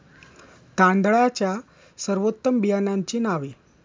तांदळाच्या सर्वोत्तम बियाण्यांची नावे?